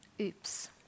oops